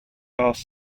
ass